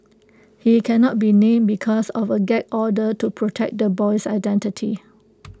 he cannot be named because of A gag order to protect the boy's identity